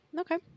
Okay